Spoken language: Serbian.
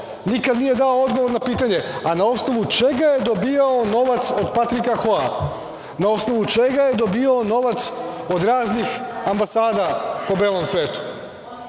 nikada nije dao odgovor na pitanje - a na osnovu čega je dobijao novac od Patrika Hoa? Na osnovu čega je dobijao novac od raznih ambasada po belom svetu?